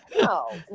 No